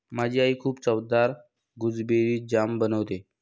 माझी आई खूप चवदार गुसबेरी जाम बनवते